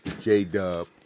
J-Dub